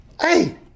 Hey